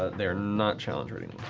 ah they are not challenge rating